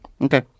Okay